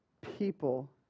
people